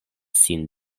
sin